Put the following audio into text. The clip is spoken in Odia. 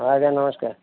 ହଁ ଆଜ୍ଞା ନମସ୍କାର